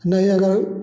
मेरे अगर